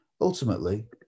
Ultimately